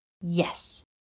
Yes